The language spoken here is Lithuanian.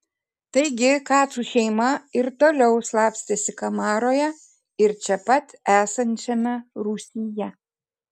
taigi kacų šeima ir toliau slapstėsi kamaroje ir čia pat esančiame rūsyje